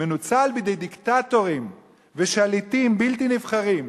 מנוצל בידי דיקטטורים ושליטים בלתי נבחרים,